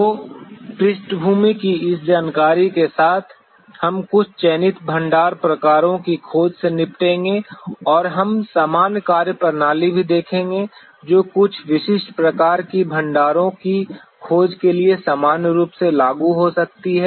तो पृष्ठभूमि की इस जानकारी के साथ हम कुछ चयनित भंडार प्रकारों की खोज से निपटेंगे और हम सामान्य कार्यप्रणाली भी देखेंगे जो कुछ विशिष्ट प्रकार की भंडारों की खोज के लिए सामान्य रूप से लागू हो सकती है